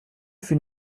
fus